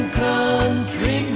country